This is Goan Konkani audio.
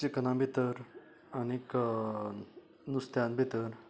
चिकना भितर आनीक नुसत्यान भितर